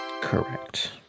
Correct